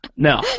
No